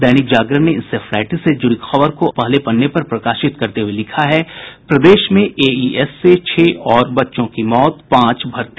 दैनिक जागरण ने इंसेफ्लाइटिस से जुड़ी खबर को पहले पन्ने पर प्रकाशित करते हुये लिखा है प्रदेश में एईएस से छह और बच्चों की मौत पांच भर्ती